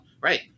Right